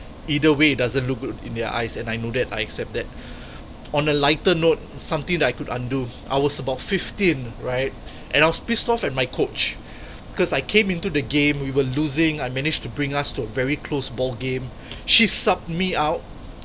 either way it doesn't look good in their eyes and I know that I accept that on a lighter note something that I could undo I was about fifteen right and I was pissed off at my coach because I came into the game we were losing I managed to bring us to a very closed ball game she subbed me out